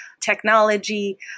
Technology